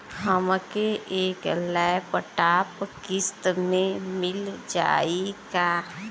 हमके एक लैपटॉप किस्त मे मिल जाई का?